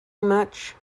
much